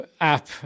app